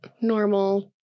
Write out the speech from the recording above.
normal